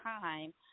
time